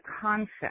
concept